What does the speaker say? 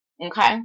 Okay